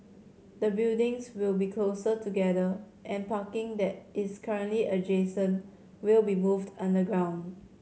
the buildings will be closer together and parking that is currently adjacent will be moved underground